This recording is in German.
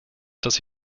dass